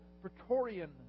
Praetorian